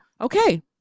okay